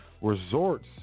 resorts